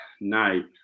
night